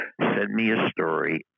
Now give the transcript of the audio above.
Sendmeastory